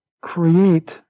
create